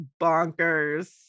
bonkers